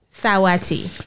Sawati